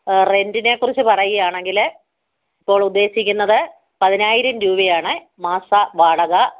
റെൻ്റിനെ കുറിച്ച് പറയുവാണെങ്കില് ഇപ്പോൾ ഉദ്ദേശിക്കുന്നത് പതിനായിരം രൂപയാണ് മാസ വാടക